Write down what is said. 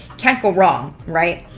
can't go wrong, right?